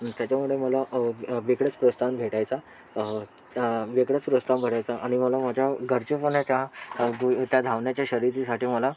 आणि त्याच्यामुळे मला वेगळंच प्रोत्साहन भेटायचा वेगळंच प्रोत्साहन भेटायचा आणि मला माझ्या घरचे पण याच्या त्या धावण्याच्या शर्यतीसाठी मला